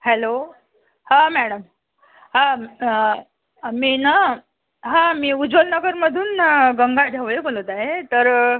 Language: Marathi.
हॅलो हां मॅडम अम् मी ना हं मी उज्ज्वलनगरमधून गंगा ढवळे बोलत आहे तर